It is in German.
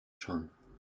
schon